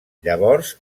llavors